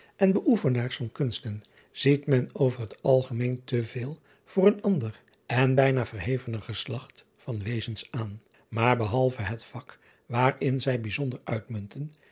en beoefenaars van kunsten ziet men over het algemeen te veel voor een ander en bijna verhevener geslacht van wezens aan maar behalve het vak waarin zij bijzonder uitmunten